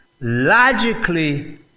logically